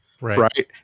Right